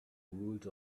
rules